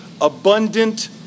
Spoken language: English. abundant